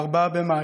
ב-4 במאי,